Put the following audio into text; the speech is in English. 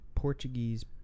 Portuguese